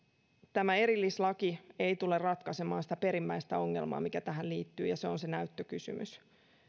tämä erillislaki ei tule ratkaisemaan sitä perimmäistä ongelmaa mikä tähän liittyy ja se on se näyttökysymys